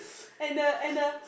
and the and the